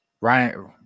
Ryan